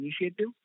initiative